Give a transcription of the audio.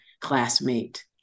classmate